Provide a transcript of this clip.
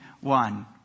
one